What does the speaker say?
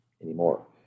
anymore